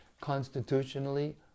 constitutionally